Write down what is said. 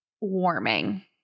warming